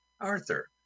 Arthur